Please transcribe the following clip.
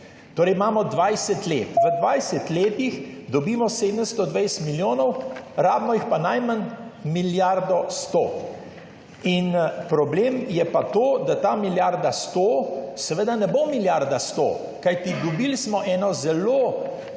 Torej imamo 20 let. V dvajsetih letih dobimo 720 milijonov, rabimo jih pa najmanj milijardo 100. Problem je pa to, da ta milijarda 100 seveda ne bo milijarda 100, kajti dobili smo eno zelo